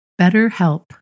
BetterHelp